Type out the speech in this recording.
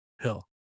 hill